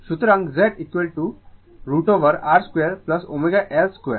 সুতরাং Z Z √ over R 2 ω L2